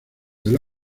del